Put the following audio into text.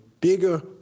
bigger